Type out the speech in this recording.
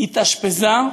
היא התאשפזה,